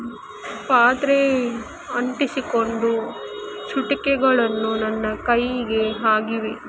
ಪಾತ್ರೆ ಅಂಟಿಸಿಕೊಂಡು ಚುಟಿಕೆಗಳನ್ನು ನನ್ನ ಕೈಗೆ ಆಗಿವೆ